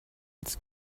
it’s